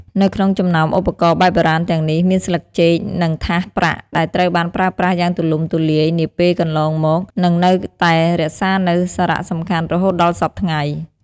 នៅក្នុងចំណោមឧបករណ៍បែបបុរាណទាំងនេះ មានស្លឹកចេក និងថាសប្រាក់ ដែលត្រូវបានប្រើប្រាស់យ៉ាងទូលំទូលាយនាពេលកន្លងមក និងនៅតែរក្សានូវសារៈសំខាន់រហូតដល់សព្វថ្ងៃ។